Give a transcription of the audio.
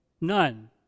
None